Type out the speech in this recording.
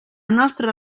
nostra